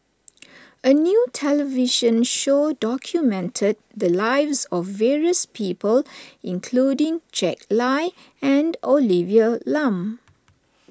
a new television show documented the lives of various people including Jack Lai and Olivia Lum